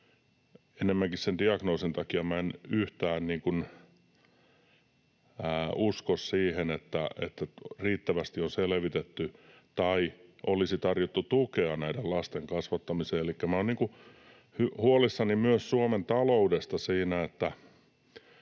enemmänkin sen diagnoosin takia. Minä en yhtään usko siihen, että riittävästi on selvitetty tai olisi tarjottu tukea näiden lasten kasvattamiseen. Elikkä olen huolissani myös Suomen taloudesta.